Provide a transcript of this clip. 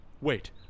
Wait